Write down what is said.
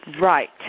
Right